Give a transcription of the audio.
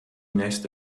nächste